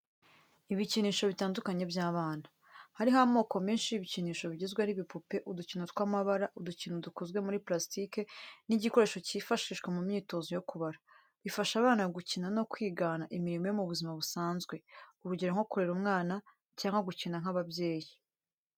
Ibikinisho bitandukanye by’abana. Hariho amoko menshi y’ibikinisho bigizwe n’ibipupe, udukino tw’amabara, udukino dukozwe muri parastiki n’igikoresho cyifashishwa mu myitozo yo kubara. Bifasha abana gukina no kwigana imirimo yo mu buzima busanzwe, urugero nko kurera umwana, cyangwa gukina nk’ababyeyi.